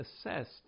assessed